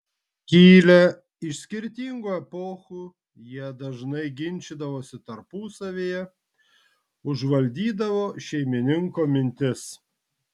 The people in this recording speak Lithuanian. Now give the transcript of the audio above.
kilę iš skirtingų epochų jie dažnai ginčydavosi tarpusavyje užvaldydavo šeimininko mintis